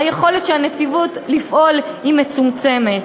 היכולת של הנציבות לפעול היא מצומצמת,